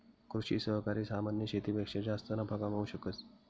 कृषि सहकारी सामान्य शेतीपेक्षा जास्त नफा कमावू शकस